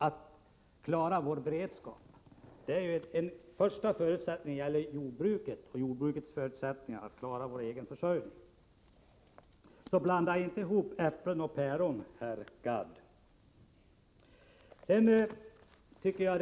Att klara vår beredskap och vår egen livsmedelsförsörjning är en första förutsättning för jordbruket. Blanda alltså inte ihop äpplen och päron, herr Gadd!